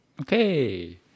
Okay